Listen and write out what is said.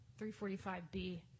345B